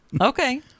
Okay